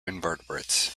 invertebrates